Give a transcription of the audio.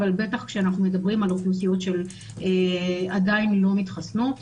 אבל בטח כשאנחנו מדברים על אוכלוסיות שעדיין לא מתחסנות,